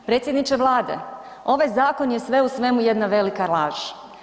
Predsjedniče Vlade, ovaj zakon je sve u svemu jedna velika laž.